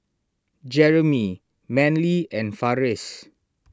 Jeremy Manly and Farris